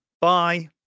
bye